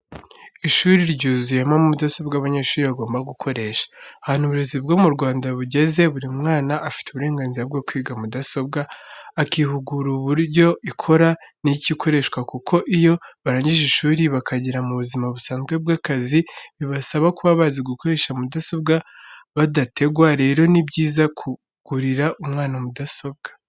Ishuri ryuzuyemo mudasobwa abanyeshuri bagomba gukoresha, ahantu uburezi bwo mu Rwanda bugeze buri mwana afite uburenganzira bwo kwiga mudasobwa, akihugura uburyo ikora n'icyo ikoreshwa kuko iyo barangije ishuri bakagera mu buzima busanzwe bw'akazi bibasaba kuba bazi gukoresha mudasobwa badategwa, rero ni byiza kugurira umwana mudasobwa.